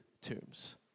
tombs